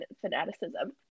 fanaticism